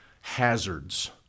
hazards